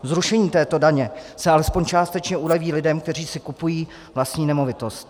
Zrušením této daně se aspoň částečně uleví lidem, kteří si kupují vlastní nemovitost.